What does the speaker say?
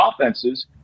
offenses